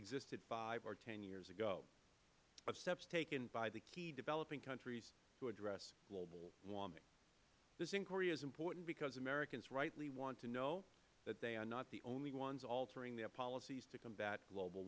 existed five or ten years ago of steps taken by the key developing countries to address global warming this inquiry is important because americans rightly want to know that they are not the only ones altering their policies to combat global